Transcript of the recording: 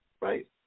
right